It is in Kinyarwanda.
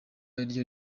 ariryo